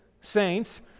saints